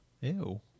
ew